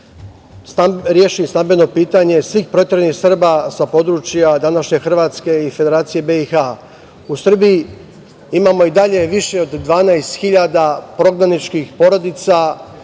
reši stambeno pitanje svih proteranih Srba sa područja današnje Hrvatske i Federacije BiH.U Srbiji imamo i dalje više od 12.000 prognaničkih porodica